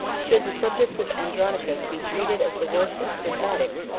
should the subjects of andronicus be treated as the worst of schismatics,